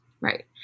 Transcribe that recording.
right